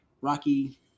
Rocky